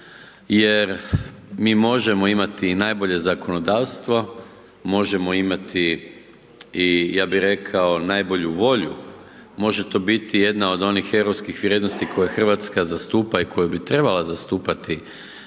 jer mi možemo imati najbolje zakonodavstvo, možemo imati i ja bi rekao najbolju volju, može to biti jedna od europskih vrijednosti koje Hrvatska zastupa i koja bi trebala zastupati za